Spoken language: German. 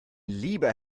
lieber